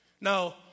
Now